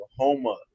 Oklahoma